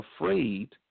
afraid